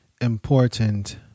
important